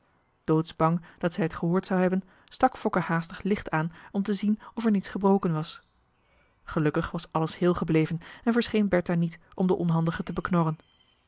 doodsbang dat zij het gehoord zou hebben stak fokke haastig licht aan om te zien of er niets gebroken was gelukkig was alles heel gebleven en verscheen bertha niet om den onhandige te